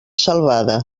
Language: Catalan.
salvada